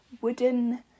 wooden